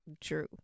True